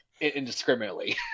indiscriminately